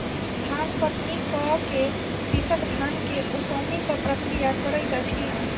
धान कटनी कअ के कृषक धान के ओसौनिक प्रक्रिया करैत अछि